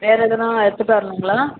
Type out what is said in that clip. வேறு எதுனால் எடுத்துகிட்டு வரணுங்களா